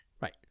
right